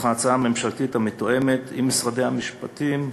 ההצעה הממשלתית המתואמת עם משרדי המשפטים,